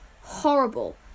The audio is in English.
horrible